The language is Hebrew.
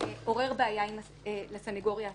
עורר בעיה לסניגוריה הציבורית?